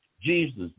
Jesus